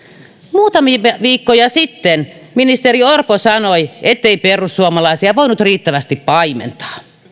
muutamia viikkoja sitten ministeri orpo sanoi ettei perussuomalaisia voinut riittävästi paimentaa